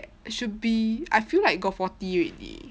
should be I feel like got forty already